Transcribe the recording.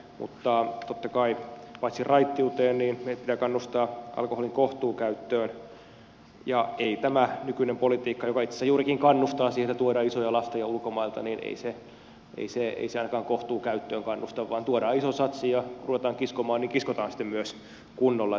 mutta totta kai paitsi raittiuteen meidän pitää kannustaa alkoholin kohtuukäyttöön ja ei tämä nykyinen politiikka joka itse asiassa juurikin kannustaa siihen että tuodaan isoja lasteja ulkomailta ainakaan kohtuukäyttöön kannusta vaan tuodaan iso satsi ja kun ruvetaan kiskomaan niin kiskotaan sitten myös kunnolla